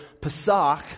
Pesach